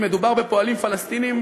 מדובר בפועלים פלסטינים,